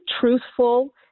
truthful